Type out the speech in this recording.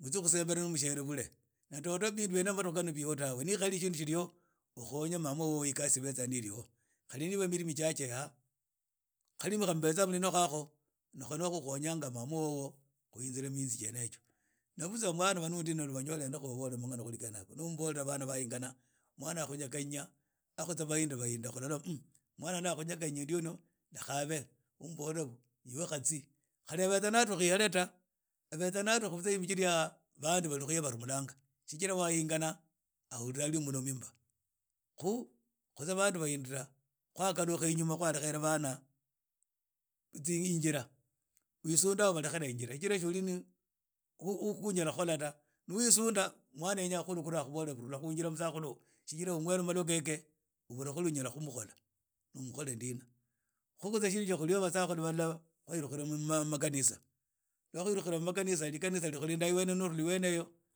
mutsie khusembera na mushiere mulie na dodo vikhanao bitsriho ta we. Ukhonye mama wobo ikasi ni ibetsa iili ho khali niba milimi jageha khalimi kha mmbetsa muli nakho ni kho ka ukhonyanga mama wobo khuyinzira miyinzi jene yijo na butsa ban aba ndunu ni umbola manga khuki gene yago ni umbola bana bakhunyghanya na khu bandu bahindira khulola mwana ni akhunyekhanya ndio lekha abe khu umbola yibe kha tsie khali na aba adhukhi ihale ta abaetsa ni adukhi tsa imbiri aha bandu bamurumulanga shijira bayangane ahula lia mumolomi ta khu khutsa bandu bahindira kharekhera bana ijira wisunda ubarhekhela inzira khu unyala khukhola ta ksu wisunda mwana yaneya akhubole rhula khunzira tsijira umwele malwa khekhe obula sio unyala khumukhola khu na umukhole ndina khutso tsa basakhulu bala khuli mukhanisa rikhanisa likulinda ni uli wne eyo.